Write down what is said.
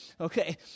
Okay